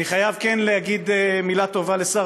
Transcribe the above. אני חייב להגיד מילה טובה לשר